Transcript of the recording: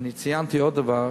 ציינתי עוד דבר,